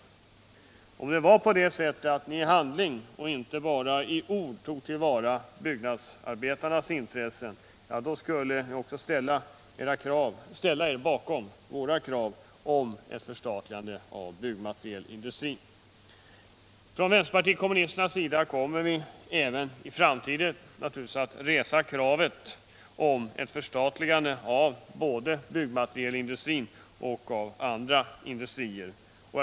Onsdagen den Om det var på det sättet att ni i handling och inte bara i ord tog till vara 15 februari 1978 byggnadsarbetarnas intressen skulle ni också ställa er bakom våra krav på ett förstatligande av byggnadsmaterialindustrin. Från vänsterpartiet kommunisternas sida kommer vi även i framtiden att resa kravet på ett förstatligande av både byggnadsmaterialindustrin och andra industrier.